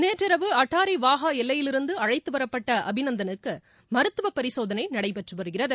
நேற்றிரவு எல்லையிலிருந்து அழைத்து வரப்பட்ட அபிநந்தனுக்கு மருத்துவப்பரிசோதனை நடைபெற்று வருகிறது